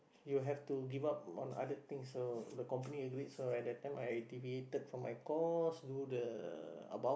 you have to give up on other things so the company will do it so at that time i deviated from my course do the about